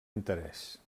interès